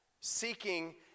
Seeking